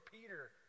Peter